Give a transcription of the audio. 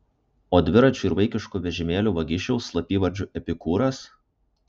o dviračių ir vaikiškų vežimėlių vagišiaus slapyvardžiu epikūras